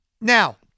Now